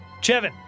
Chevin